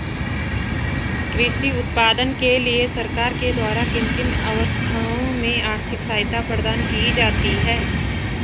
कृषि उत्पादन के लिए सरकार के द्वारा किन किन अवस्थाओं में आर्थिक सहायता प्रदान की जाती है?